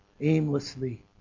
aimlessly